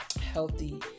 healthy